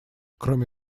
кроме